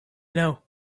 know